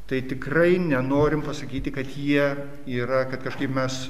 tai tikrai nenorim pasakyti kad jie yra kad kažkaip mes